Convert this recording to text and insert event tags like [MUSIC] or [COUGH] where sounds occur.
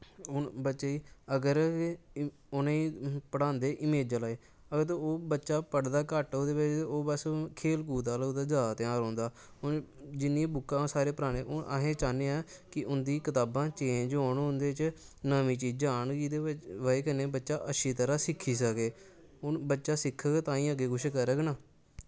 हून बच्चे गी अगर उ'नें गी पढ़ांदे इमेजै [UNINTELLIGIBLE] अगर ओह् बच्चा पढ़दा घट्ट [UNINTELLIGIBLE] ओह् बस हून खेल कूल आह्ला जैदा ध्यान रौंह्दा हून जिन्नी बुक्कां न ओह् सारी परानी हून अस एह् चाह्न्ने आं कि उं'दी कताबां चेंज होन उं'दे च नमीं चीजां आह्न जेह्दी बजह् कन्नै बच्चा अच्छी तरह सिक्खी सके हून बच्चा सिक्खग ताइयें अग्गें किश करग ना